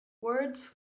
words